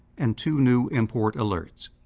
and two new import alerts.